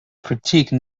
critique